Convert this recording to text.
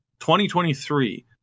2023